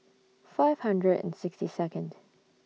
five hundred and sixty Second